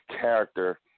character